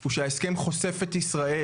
הוא שההסכם חושף את ישראל,